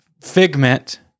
Figment